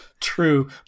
True